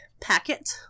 packet